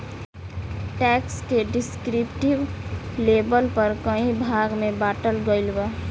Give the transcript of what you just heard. tax के descriptive label पर कई भाग में बॉटल गईल बा